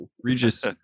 Regis